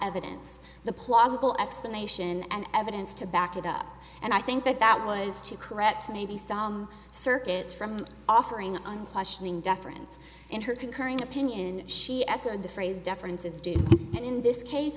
evidence the plausible explanation and evidence to back it up and i think that that was to correct maybe some circuits from offering an unquestioning deference in her concurring opinion she echoed the phrase differences did and in this case